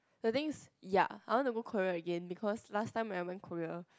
the things ya I want to go Korea again because last time I went Korea